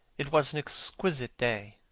it was an exquisite day.